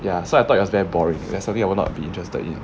ya so I thought it was very boring like something I will not be interested in